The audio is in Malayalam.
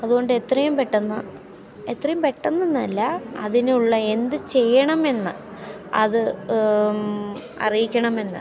അതുകൊണ്ട് എത്രയും പെട്ടന്ന് എത്രയും പെട്ടെന്ന് എന്നല്ല അതിനുള്ള എന്തു ചെയ്യണമെന്ന് അത് അറിയിക്കണമെന്ന്